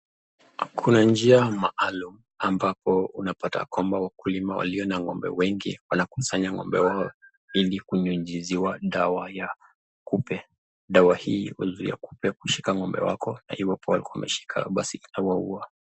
Kuna njia maalum ambapo unapata wakulima walio na ngombe wengi wanakusanya ngombe wao ili kunyunyuziwa dawa ya kupe, dawa hii huzuia kupe kushika ngombe wako , na iwapo imeshika basi inawaua.